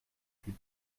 huit